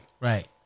Right